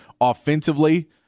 offensively